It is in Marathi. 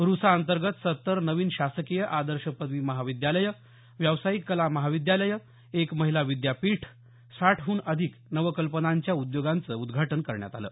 रुसा अंतर्गत सत्तर नवीन शासकीय आदर्श पदवी महाविद्यालय व्यावसायिक कला महाविद्यालय एक महिला विद्यापीठ साठहन अधिक नवकल्पनांच्या उद्योगांचं उद्घाटन करण्यात आलं